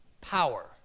power